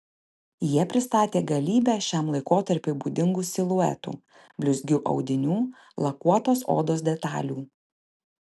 jie pristatė galybę šiam laikotarpiui būdingų siluetų blizgių audinių lakuotos odos detalių